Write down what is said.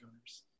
owners